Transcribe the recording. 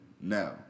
now